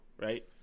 right